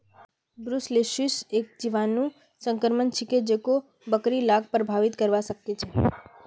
brucellosis एकता जीवाणु संक्रमण छिके जेको बकरि लाक प्रभावित करवा सकेछे